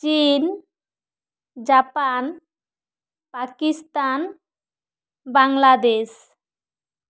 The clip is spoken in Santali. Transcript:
ᱪᱤᱱ ᱡᱟᱯᱟᱱ ᱯᱟᱠᱤᱥᱛᱟᱱ ᱵᱟᱝᱞᱟᱫᱮᱥ